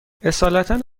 اصالتا